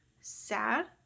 sad